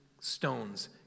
stones